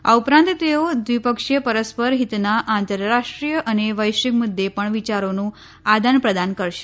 આ ઉપરાંત તેઓ દ્વિપક્ષીય પરસ્પર હિતના આંતરરાષ્ટ્રીય અને વૈશ્વિક મુદ્દે પણ વિયારોનું આદાનપ્રદાન કરશે